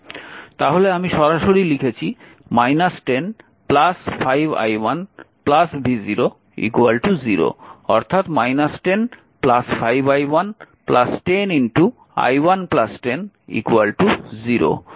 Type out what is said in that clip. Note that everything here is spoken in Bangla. তাহলে আমি সরাসরি লিখছি 10 5i1 v0 0 অর্থাৎ 10 5i1 10i1 10 0